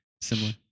similar